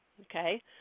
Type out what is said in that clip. Okay